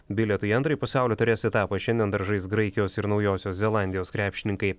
bilieto į antrąjį pasaulio taurės etapą šiandien dar žais graikijos ir naujosios zelandijos krepšininkai